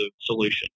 solution